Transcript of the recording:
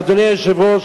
אדוני היושב-ראש?